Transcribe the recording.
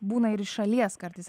būna ir iš šalies kartais